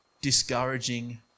discouraging